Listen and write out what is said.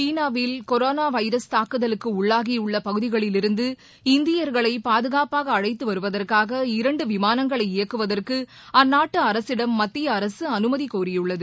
சீனாவில் corona virus தாக்குதலுக்கு உள்ளாகியுள்ள பகுதிகளிலிருந்து இந்தியர்களை பாதுகாப்பாக அழைத்து வருவதற்காக இரண்டு விமானங்களை இயக்குவதற்கு அந்நாட்டு அரசிடம் மத்திய அரசு அனுமதி கோரியுள்ளது